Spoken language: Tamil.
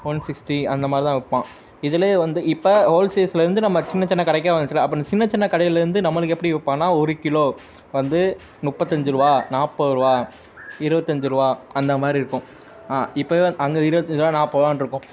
ஒன் சிக்ஸ்ட்டி அந்த மாதிரி தான் விற்பான் இதில் வந்து இப்போ ஹோல்சேல்ஸ்லேருந்து நம்ம சின்ன சின்ன கடைக்கா வந்துச்சுல்ல அப்போ அந்த சின்ன சின்ன கடையிலேருந்து நம்மளுக்கு எப்படி விற்பான்னா ஒரு கிலோ வந்து முப்பத்தஞ்சி ரூபா நாற்பது ரூபா இருபத்தஞ்சி ரூபா அந்த மாதிரி இருக்கும் ஆ இப்பவே அங்கே இருபத்தஞ்சி ரூபா நாற்பது ரூபான்ட்ருக்கும்